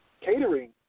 catering